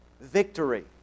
victory